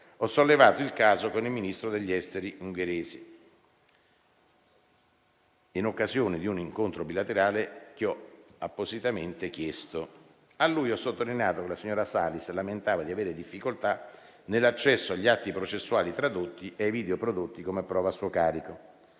ho sollevato il caso con il Ministro degli esteri ungherese in occasione di un incontro bilaterale che ho appositamente chiesto. Al Ministro ho sottolineato che la signora Salis lamentava di avere difficoltà nell'accesso agli atti processuali tradotti e ai video prodotti come prova a suo carico.